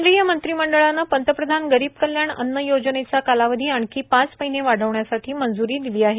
केंद्रीय मंत्रीमंडळन पंतप्रधान गरीब कल्याण अन्न योजनेचा कालावधी आणखी पाच महीने वाढविण्यासाठी मंजूरी दिली आहे